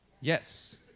Yes